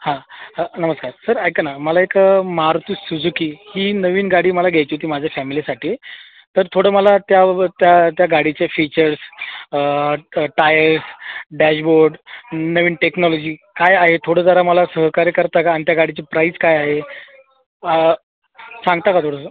हां हं नमस्कार सर ऐका ना मला एक मारुति सुजुकी ही नवीन गाडी मला घ्यायची होती माझ्या फॅमिलीसाठी तर थोडं मला त्याबाबत त्या त्या गाडीचे फीचर्स टायर्स डॅशबोर्ड नवीन टेक्नॉलॉजी काय आहे थोडं जरा मला सहकार्य करता का आणि त्या गाडीची प्राईज काय आहे सांगता का थोडंसं